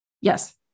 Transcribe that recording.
Yes